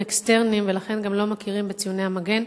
אקסטרניים ולכן גם לא מכירים בציוני המגן,